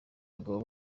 abagabo